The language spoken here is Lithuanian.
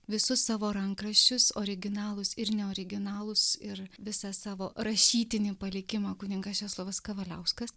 visus savo rankraščius originalus ir neoriginalus ir visą savo rašytinį palikimą kunigas česlovas kavaliauskas